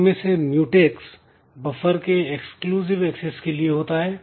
इनमें से mutex buffer के एक्सक्लूसिव एक्सेस के लिए होता है